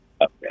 Okay